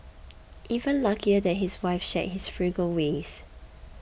even luckier that his wife shared his frugal ways